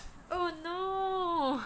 oh no